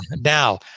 now